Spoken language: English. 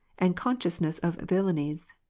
and consciousness of villanies.